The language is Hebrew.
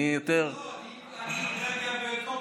אני כרגע באופוזיציה.